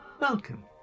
Welcome